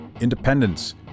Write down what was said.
independence